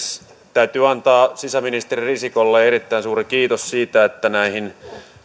täytyy antaa sisäministeri risikolle erittäin suuri kiitos siitä että näihin